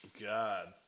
God